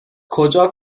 کجا